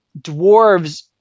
dwarves